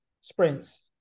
sprints